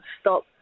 stop